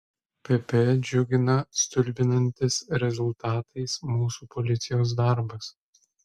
pp džiugina stulbinantis rezultatais mūsų policijos darbas